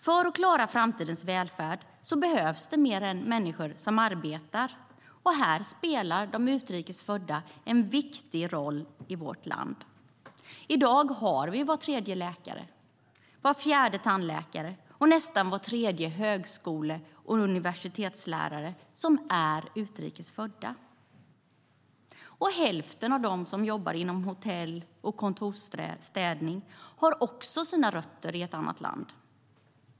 För att klara framtidens välfärd behövs det fler människor som arbetar, och här spelar de utrikes födda en mycket viktig roll. I dag är var tredje läkare, var fjärde tandläkare och nästan var tredje högskole och universitetslärare född utrikes. Hälften av dem som jobbar inom hotell och kontorsstädning har också sina rötter i ett annat land.